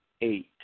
eight